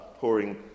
pouring